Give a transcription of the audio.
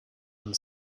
and